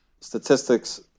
statistics